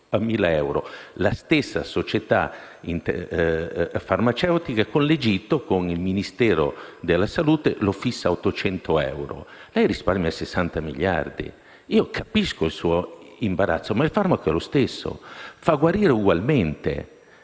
La stessa società farmaceutica con l'Egitto, con il Ministero della salute, lo fissa a 800 euro. Lei risparmia 60 miliardi. Capisco il suo imbarazzo, ma il farmaco è lo stesso. Fa guarire ugualmente.